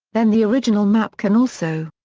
then the original map can also.